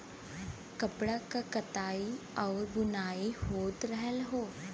कपड़ा क कताई आउर बुनाई होत रहल हौ